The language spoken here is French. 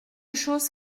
chose